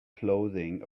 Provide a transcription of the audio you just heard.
clothing